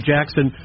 Jackson